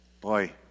Boy